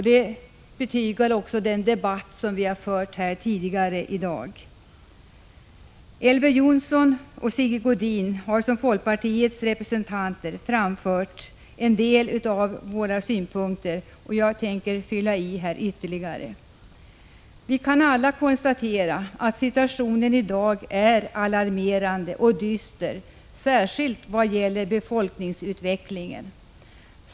Detta betygar också den debatt som har förts här tidigare i dag. Elver Jonsson och Sigge Godin har som folkpartiets representanter framfört en del av våra synpunkter. Jag tänker nu fylla på med ytterligare några. Vi kan alla konstatera att situationen i dag är alarmerande och dyster, särskilt vad gäller befolkningsutvecklingen.